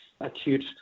Acute